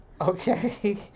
Okay